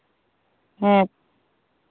ᱦᱮᱸ